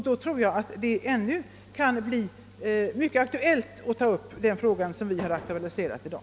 Det kan bli nödvändigt att åter ta upp den fråga vi aktualiserat i dag.